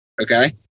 Okay